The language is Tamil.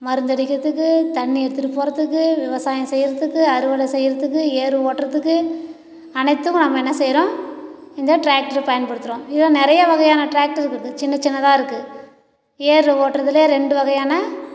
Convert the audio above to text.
மருந்தடிக்கிறதுக்கு தண்ணி எடுத்துட்டு போகறதுக்கு விவசாயம் செய்யறத்துக்கு அறுவடை செய்யறத்துக்கு ஏர் ஓட்டுறத்துக்கு அனைத்துக்கும் நம்ம ஏன்னா செய்யறோம் இந்த டிராக்ட்ரு பயன்படுத்துகிறோம் இதில் நிறைய வகையான டிராக்டர் இருக்கு சின்ன சின்னதா இருக்கு ஏரு ஓட்டுறதுலே ரெண்டு வகையான